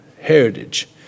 heritage